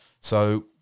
So-